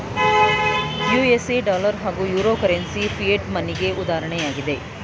USA dollar ಹಾಗೂ euro currency fiat ಮನಿಗೆ ಉದಾಹರಣೆಯಾಗಿದೆ